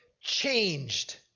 changed